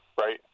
right